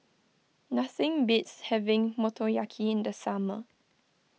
nothing beats having Motoyaki in the summer